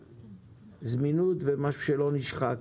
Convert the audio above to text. בזמינות ובאופן שלא נשחק.